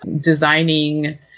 designing